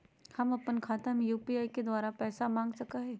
हम अपन खाता में यू.पी.आई के द्वारा पैसा मांग सकई हई?